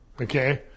Okay